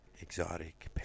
Exotic